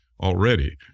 already